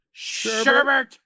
Sherbert